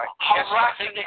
harassing